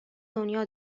دنیا